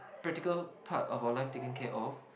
practical part of our life taken care of